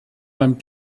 beim